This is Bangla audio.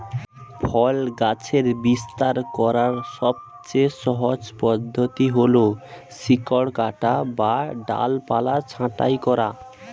ফল গাছের বিস্তার করার সবচেয়ে সহজ পদ্ধতি হল শিকড় কাটা বা ডালপালা ছাঁটাই করা